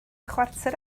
chwarter